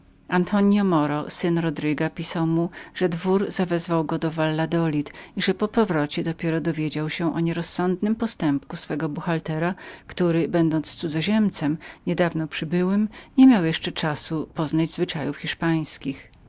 antonio moro syna rodrigueza antonio pisał mu że dwór zawezwał go do valladolid że po powrocie dopiero dowiedział się o nierozsądnym postępku swego buchhaltera który będąc cudzoziemcem niedawno przybyłym niemiał jeszcze czasu poznać zwyczajów hiszpańskich